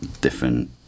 different